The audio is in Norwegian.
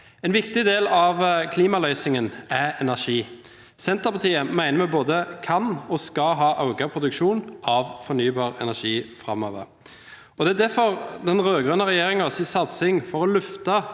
En viktig del av klimaløsningen er energi. Senterpartiet mener vi både kan og skal ha økt produksjon av fornybar energi framover. Derfor har den rød-grønne regjeringens innsats for å løfte